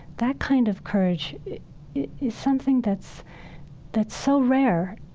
that kind of courage is something that's that's so rare,